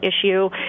issue